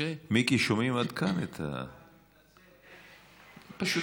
מיקי, שומעים עד כאן את, סליחה, אני מתנצל.